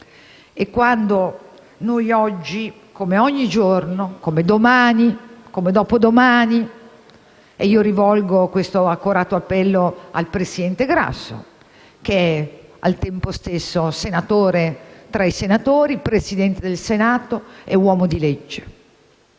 è così. Oggi, come ogni giorno, come domani, come dopodomani; e rivolgo questo accorato appello al presidente Grasso, che è al tempo stesso senatore tra i senatori, Presidente del Senato, e uomo di legge,